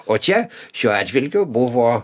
o čia šiuo atžvilgiu buvo